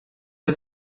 der